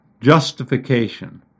justification